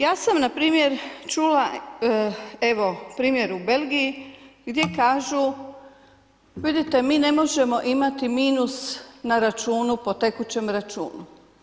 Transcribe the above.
Ja sam na primjer čula evo primjer u Belgiji gdje kažu, vidite mi ne možemo imati minus na računu po tekućem računu.